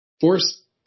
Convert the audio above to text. force